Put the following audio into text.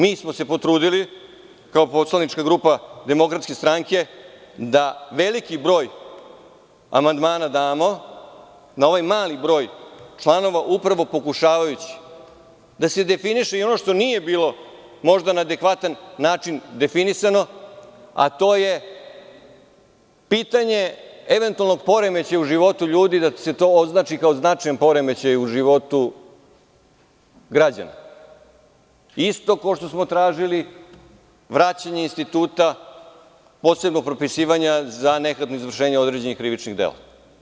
Mi smo se potrudili kao poslanička grupa DS da damo veliki broj amandmana na ovaj mali broj članova, upravo pokušavajući da se definiše i ono što nije bilo možda na adekvatan način definisano, a to je pitanje eventualnog poremećaja u životu ljudi da se to označi kao značajan poremećaj u životu građana, isto kao što smo tražili vraćanje institutaposebno propisivanja za nehatno izvršenje krivičnih dela.